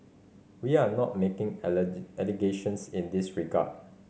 we are not making allegations in this regard